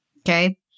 Okay